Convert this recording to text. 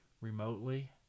remotely